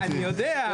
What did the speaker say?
אני יודע.